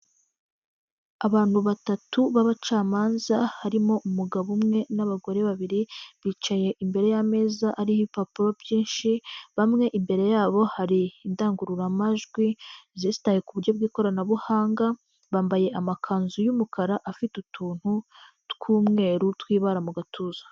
Abantu batatu b'abacamanza harimo umugabo umwe n'abagore babiri, bicaye imbere y'ameza ariho ibipapuro byinshi, bamwe imbere yabo hari indangururamajwi zestaye ku buryo bw'ikoranabuhanga, bambaye amakanzu y’umukara afite utuntu tw'umweru twibara mu gatuza.